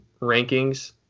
rankings